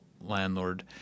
landlord